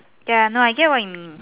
ya no I get what you mean